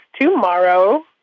tomorrow